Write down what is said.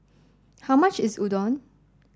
how much is Udon